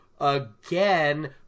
again